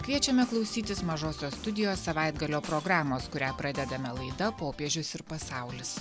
kviečiame klausytis mažosios studijos savaitgalio programos kurią pradedame laida popiežius ir pasaulis